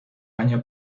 año